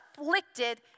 afflicted